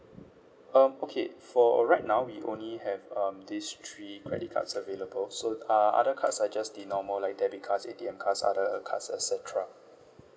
um okay for right now we only have um these three credit cards available so uh other cards are just the normal like debit cards A_T_M cards other uh cards et cetera